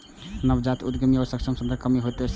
नवजात उद्यमीक समक्ष संसाधनक कमी होइत छैक